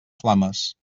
flames